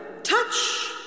Touch